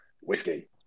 whiskey